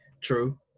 True